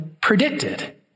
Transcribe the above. predicted